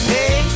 Hey